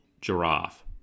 giraffe